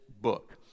book